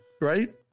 right